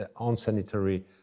unsanitary